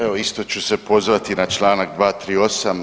Evo isto ću se pozvati na članak 238.